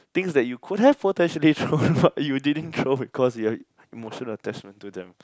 things that you could have potentially thrown out you didn't throw it because your emotional attachment to them